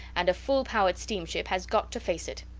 and a full-powered steam-ship has got to face it.